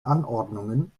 anordnungen